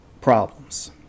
problems